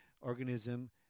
organism